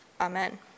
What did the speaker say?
Amen